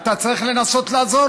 אתה צריך לנסות לעזור.